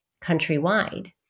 countrywide